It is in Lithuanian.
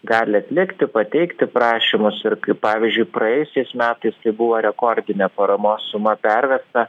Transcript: gali atlikti pateikti prašymus ir kaip pavyzdžiui praėjusiais metais tai buvo rekordinė paramos suma pervesta